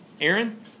Aaron